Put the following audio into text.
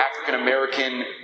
African-American